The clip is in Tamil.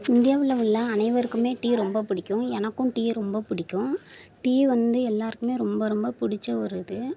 இந்தியாவில் உள்ள அனைவருக்குமே டீ ரொம்ப பிடிக்கும் எனக்கும் டீயை ரொம்ப பிடிக்கும் டீ வந்து எல்லோருக்குமே ரொம்ப ரொம்ப பிடிச்ச ஒரு இது